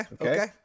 Okay